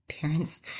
parents